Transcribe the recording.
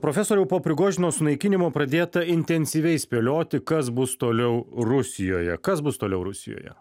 profesoriau po sunaikinimo pradėta intensyviai spėlioti kas bus toliau rusijoje kas bus toliau rusijoje